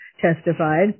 testified